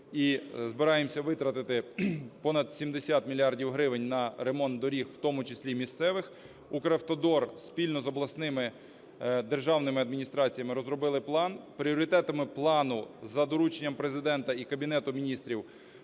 і збираємося витратити понад 70 мільярдів гривень на ремонт доріг, в тому числі і місцевих. "Укравтодор" спільно з обласними державними адміністраціями розробив план. Пріоритетами плану за дорученням Президента і Кабінету Міністрів